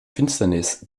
finsternis